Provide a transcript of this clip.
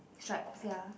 is right ya